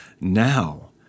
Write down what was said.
now